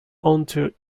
onto